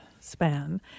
span